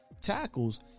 tackles